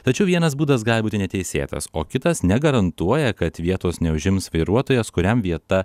tačiau vienas būdas gali būti neteisėtas o kitas negarantuoja kad vietos neužims vairuotojas kuriam vieta